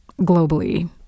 globally